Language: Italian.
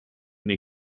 nei